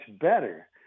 better